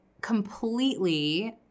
completely